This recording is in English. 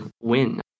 win